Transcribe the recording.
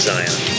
Zion